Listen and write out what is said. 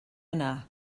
yna